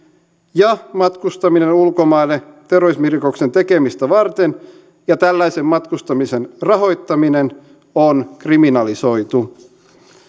ja matkustaminen ulkomaille terrorismirikoksen tekemistä varten ja tällaisen matkustamisen rahoittaminen on kriminalisoitu